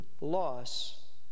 loss